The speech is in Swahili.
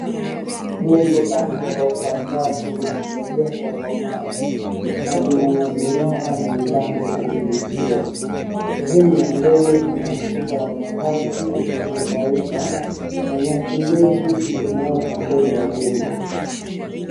Jengo la ghorofa tatu limejengwa kwa mawe na lina madirisha na milango yenye vioo. Sehemu ya mbele ina ukuta wa mabati iliyopauka na nyasi ndefu zimeota mbele ya jengo.